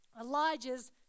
Elijah's